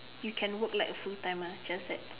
you can work like a full timer just that